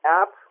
app